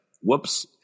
whoops